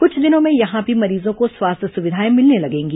कुछ दिनों में यहां भी मरीजों को स्वास्थ्य सुविधाएं मिलने लगेंगी